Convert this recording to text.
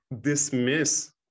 Dismiss